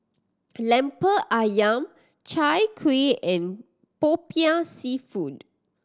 Lemper Ayam Chai Kuih and Popiah Seafood